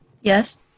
Yes